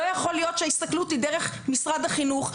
לא יכול להיות שההסתכלות היא דרך משרד החינוך,